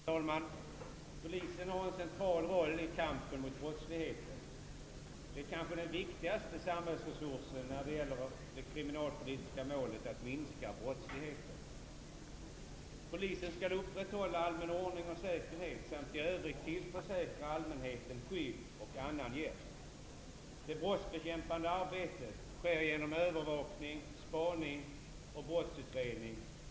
Herr talman! Polisen har en central roll i kampen mot brottsligheten. Det är kanske den viktigaste samhällsresursen när det gäller det kriminalpolitiska målet att minska brottsligheten. Polisen skall upprätthålla allmän ordning och säkerhet samt i övrigt tillförsäkra allmänheten skydd och annan hjälp. Det brottsbekämpande arbetet sker genom övervakning, spaning och brottsutredning.